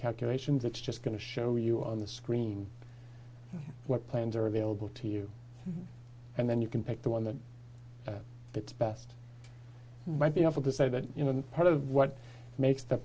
calculations it's just going to show you on the screen what plans are available to you and then you can pick the one that fits best might be able to say that you know part of what makes the